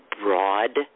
broad